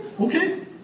Okay